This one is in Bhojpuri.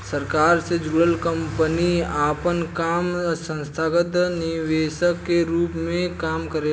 सरकार से जुड़ल कंपनी आपन काम संस्थागत निवेशक के रूप में काम करेला